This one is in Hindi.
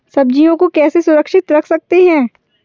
सब्जियों को कैसे सुरक्षित रख सकते हैं?